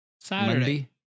Saturday